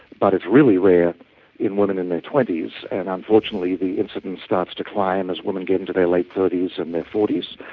but it's really rare in women in their twenty s, and unfortunately the incidence starts to climb as women get into their late thirty s and their forty s.